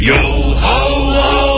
Yo-ho-ho